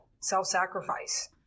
self-sacrifice